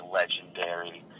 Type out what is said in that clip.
legendary